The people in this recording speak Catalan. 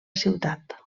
ciutat